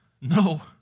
no